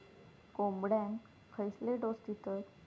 कोंबड्यांक खयले डोस दितत?